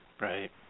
Right